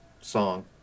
song